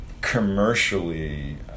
commercially